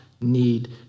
need